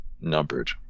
numbered